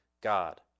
God